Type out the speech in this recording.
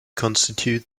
constitute